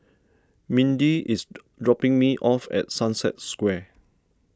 Mindi is dropping me off at Sunset Square